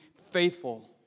faithful